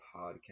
Podcast